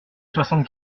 soixante